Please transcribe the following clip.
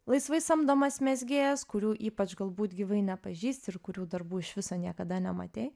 laisvai samdomas mezgėjas kurių ypač galbūt gyvai nepažįsti ir kurių darbų iš viso niekada nematei